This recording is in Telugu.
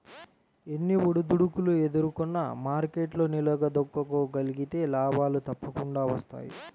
ఎన్ని ఒడిదుడుకులు ఎదుర్కొన్నా మార్కెట్లో నిలదొక్కుకోగలిగితే లాభాలు తప్పకుండా వస్తాయి